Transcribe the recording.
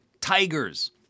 tigers